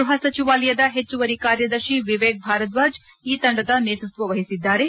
ಗ್ಬಹ ಸಚಿವಾಲಯದ ಹೆಚ್ಚುವರಿ ಕಾರ್ಯದರ್ಶಿ ವಿವೇಕ್ ಭಾರದ್ಲಾಜ್ ಈ ತಂಡದ ನೇತೃತ್ವವಹಿಸಿದ್ದಾರೆ